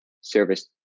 service